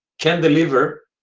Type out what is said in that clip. can deliver,